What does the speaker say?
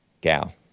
gal